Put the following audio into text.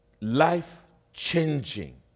life-changing